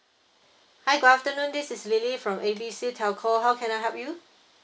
hi good afternoon this is lily from A B C telco how can I help you